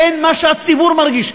בין מה שהציבור מרגיש,